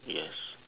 yes